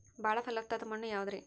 ಬಾಳ ಫಲವತ್ತಾದ ಮಣ್ಣು ಯಾವುದರಿ?